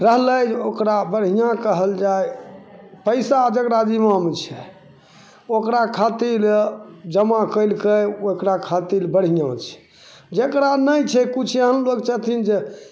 रहलै जे ओकरा बढ़िआँ कहल जाइ पैसा जकरा निम्मन छै ओकरा खातिर जमा कयलकय ओकरा खातिर बढ़िआँ छै जकरा नहि छै किछु एहन लोग छथिन जे